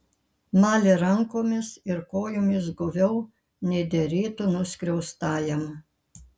malė rankomis ir kojomis guviau nei derėtų nuskriaustajam